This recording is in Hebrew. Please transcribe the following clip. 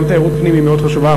גם תיירות פנים היא מאוד חשובה.